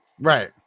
Right